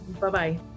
Bye-bye